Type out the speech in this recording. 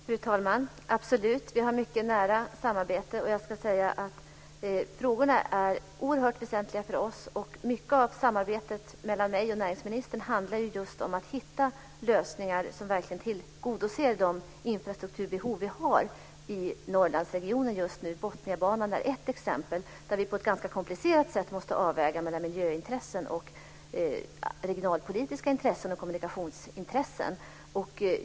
Fru talman! Absolut! Vi har mycket nära samarbete. Frågorna är oerhört väsentliga för oss, och mycket av samarbetet mellan mig och näringsministern handlar just om att hitta lösningar som verkligen tillgodoser de infrastrukturbehov som finns i Norrlandsregionen just nu. Botniabanan är ett exempel där vi på ett ganska komplicerat sätt måste avväga mellan miljöintressen, regionalpolitiska intressen och kommunikationsintressen.